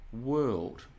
world